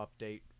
update